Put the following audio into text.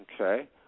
Okay